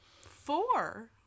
Four